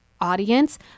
audience